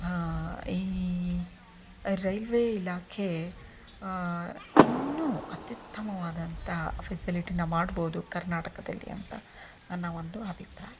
ಈ ರೈಲ್ವೇ ಇಲಾಖೆ ಇನ್ನೂ ಅತ್ಯುತ್ತಮವಾದಂಥ ಫೆಸಿಲಿಟಿನ ಮಾಡ್ಬೋದು ಕರ್ನಾಟಕದಲ್ಲಿ ಅಂತ ನನ್ನ ಒಂದು ಅಭಿಪ್ರಾಯ